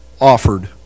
offered